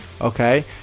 Okay